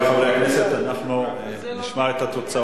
חברי חברי הכנסת, אנחנו נשמע את התוצאות.